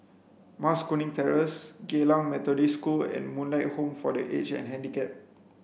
Mas Kuning Terrace Geylang Methodist School and Moonlight Home for the Aged and Handicapped